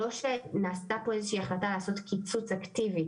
זה לא שנעשתה פה איזו שהיא החלטה לעשות קיצוץ אקטיבי.